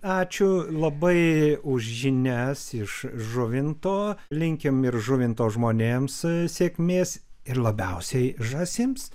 ačiū labai už žinias iš žuvinto linkim ir žuvinto žmonėms sėkmės ir labiausiai žąsims